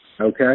Okay